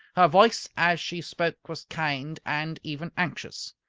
her voice, as she spoke, was kind and even anxious.